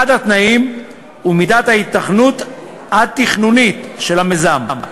אחד התנאים הוא מידת ההיתכנות התכנונית של המיזם.